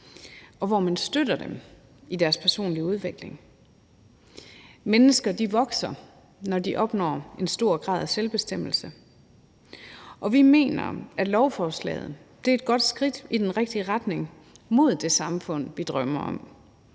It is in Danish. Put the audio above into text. og hvor man støtter dem i deres personlige udvikling. Mennesker vokser, når de opnår en stor grad af selvbestemmelse, og vi mener, at lovforslaget er et godt skridt i den rigtige retning mod det samfund, vi drømmer om,